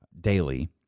daily